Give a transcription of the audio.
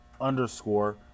underscore